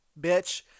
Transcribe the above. bitch